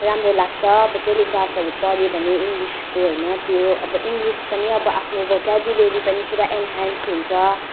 राम्रो लाग्छ अब टेलिग्राफहरू पढ्यो भने इङ्लिसको होइन त्यो अब इङ्लिस पनि अब आफ्नो भोकाबुलेरी पनि पुरा इन्हेन्स हुन्छ